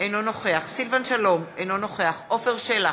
אינו נוכח סילבן שלום, אינו נוכח עפר שלח,